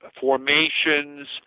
formations